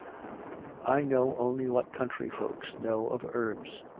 i know only what country folks know of herbs.